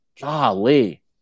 golly